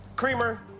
creamer.